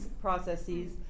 processes